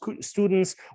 students